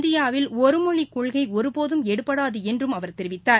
இந்தியாவில் ஒருமொழிகொள்கைஒருபோதும் எடுபடாதுஎன்றும் அவர் தெரிவித்தார்